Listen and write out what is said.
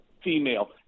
female